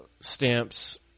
stamps